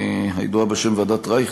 הידועה בשם ועדת רייך,